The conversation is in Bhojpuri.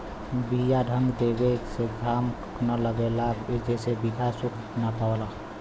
बीया ढक देवे से घाम न लगेला जेसे बीया सुख ना पावला